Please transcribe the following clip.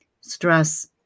stress